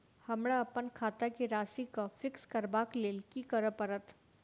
हमरा अप्पन खाता केँ राशि कऽ फिक्स करबाक लेल की करऽ पड़त?